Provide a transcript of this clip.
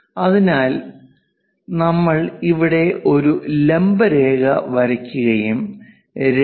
അതിനാൽ നമ്മൾ ഇവിടെ ഒരു ലംബ രേഖ വരയ്ക്കുകയും 2